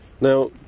Now